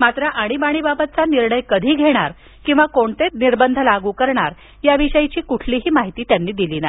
मात्र अणीबाणीबाबतचा निर्णय कधी घेणार किंवा कोणते निर्बंध लागू करणार याविषयी त्यांनी कुठलीही माहिती दिली नाही